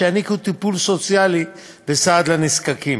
שיעניקו טיפול סוציאלי וסעד לנזקקים.